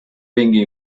vingui